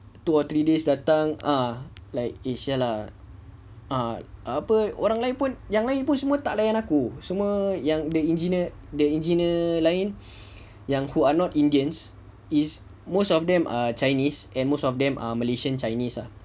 two or three days datang ah like eh !siala! orang lain pun yang lain pun tak layan aku semua yang the engineer the engineer lain yang who are not indians is most of them are chinese and most of them are malaysian chinese ah